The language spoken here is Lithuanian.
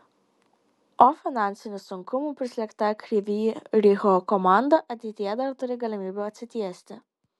o finansinių sunkumų prislėgta kryvyj riho komanda ateityje dar turi galimybių atsitiesti